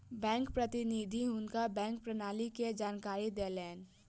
bank प्रतिनिधि हुनका bank प्रणाली के जानकारी देलैन